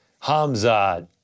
Hamzad